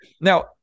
Now